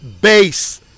base